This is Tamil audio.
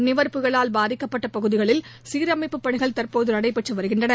நிவா் புயலால் பாதிக்கப்பட்ட பகுதிகளில் சீரமைப்பு பணிகள் தற்போது நடைபெற்று வருகின்றன